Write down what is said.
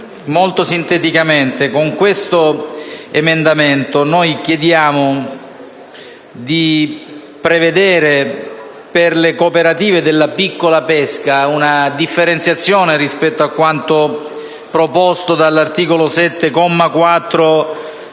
Signor Presidente, con l'emendamento 9.94 noi chiediamo di prevedere per le cooperative della piccola pesca una differenzazione rispetto a quanto proposto dall'articolo 7,